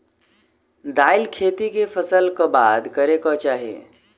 दालि खेती केँ फसल कऽ बाद करै कऽ चाहि?